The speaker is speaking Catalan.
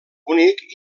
bonic